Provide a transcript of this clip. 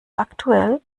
aktuell